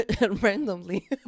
randomly